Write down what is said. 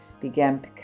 began